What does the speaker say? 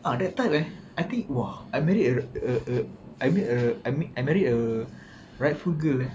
ha that time kan I think !wah! I married a a I married a I married a rightful girl eh